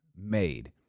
made